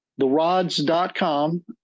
therods.com